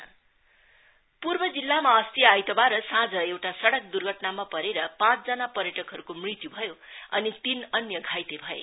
road accident पूर्व जिल्लामा अस्ति आईतवार साँझ एउटा सड़क दुर्घटनामा परेर पाँचजना पर्यटकहरूको मृत्यु भयो अनि तीन अन्य घाइते भए